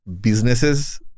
businesses